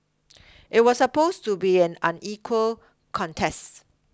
it was supposed to be an unequal contest